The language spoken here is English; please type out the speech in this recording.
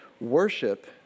Worship